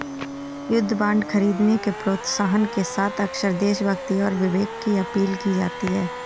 युद्ध बांड खरीदने के प्रोत्साहन के साथ अक्सर देशभक्ति और विवेक की अपील की जाती है